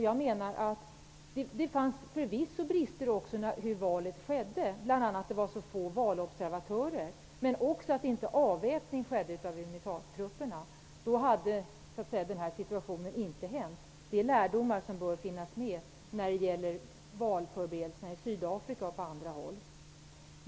Det fanns förvisso brister när det gäller hur valet skedde, bl.a. att det var så få valobservatörer och att inte avväpning av Unitatrupperna skedde. Då hade den här situationen inte uppstått. Det är lärdomar som bör finnas med när det gäller valförberedelserna i Sydafrika och på andra håll.